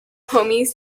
homies